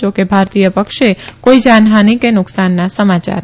જા કે ભારતીય પક્ષે કોઈ જાનહાની કે નુકસાનના સમાચાર નથી